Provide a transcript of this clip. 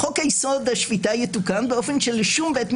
תחוקקו את החוק, מה יקרה אחר כך, בית המשפט